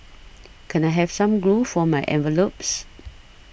can I have some glue for my envelopes